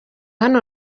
hano